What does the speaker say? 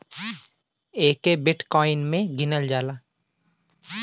एके बिट्काइन मे गिनल जाला